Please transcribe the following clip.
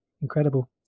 Incredible